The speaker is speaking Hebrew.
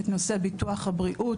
את נושא ביטוח הבריאות.